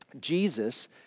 Jesus